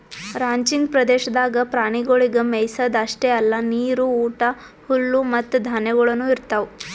ranching ಪ್ರದೇಶದಾಗ್ ಪ್ರಾಣಿಗೊಳಿಗ್ ಮೆಯಿಸದ್ ಅಷ್ಟೆ ಅಲ್ಲಾ ನೀರು, ಊಟ, ಹುಲ್ಲು ಮತ್ತ ಧಾನ್ಯಗೊಳನು ಇರ್ತಾವ್